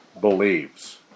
believes